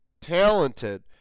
talented